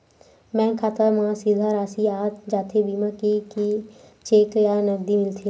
Bank खाता मा सीधा राशि आ जाथे बीमा के कि चेक या नकदी मिलथे?